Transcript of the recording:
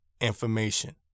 information